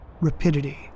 rapidity